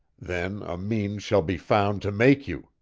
then a means shall be found to make you!